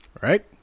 right